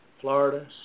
Florida